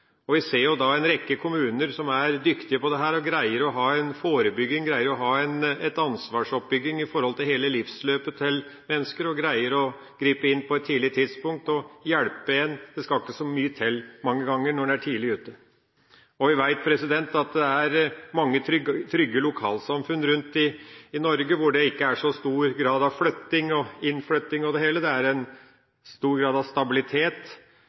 avgjørende. Vi ser en rekke kommuner som er dyktig på dette og greier å ha forebygging, som greier å ha en ansvarsoppbygging i hele livsløpet til mennesker, og som greier å gripe inn på et tidlig tidspunkt og hjelpe – det skal mange ganger ikke så veldig mye til, når en er tidlig ute. Vi vet at det er mange trygge lokalsamfunn rundt om i Norge, hvor det ikke er så stor grad av flytting, innflytting og det hele – det er en stor grad av stabilitet.